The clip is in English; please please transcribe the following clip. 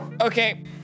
Okay